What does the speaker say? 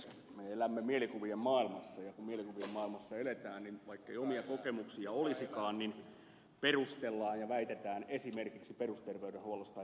me elämme mielikuvien maailmassa ja kun mielikuvien maailmassa eletään niin vaikkei omia kokemuksia olisikaan niin perustellaan ja väitetään esimerkiksi perusterveydenhuollosta että se on rempallaan